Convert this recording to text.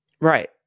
Right